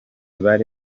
bari